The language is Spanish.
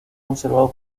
conservado